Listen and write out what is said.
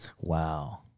Wow